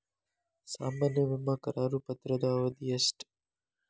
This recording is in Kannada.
ಸಾಮಾನ್ಯ ವಿಮಾ ಕರಾರು ಪತ್ರದ ಅವಧಿ ಎಷ್ಟ?